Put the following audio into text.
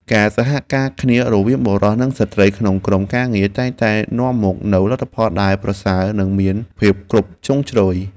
ការសហការគ្នារវាងបុរសនិងស្ត្រីក្នុងក្រុមការងារតែងតែនាំមកនូវលទ្ធផលដែលប្រសើរនិងមានភាពគ្រប់ជ្រុងជ្រោយ។